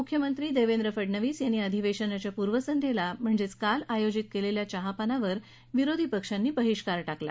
मुख्यमंत्री देवेंद्र फडणवीस यांनी अधिवेशनाच्या पूर्वसंध्येला काल आयोजित केलेल्या चहापानावर विरोधी पक्षांनी बहिष्कार टाकला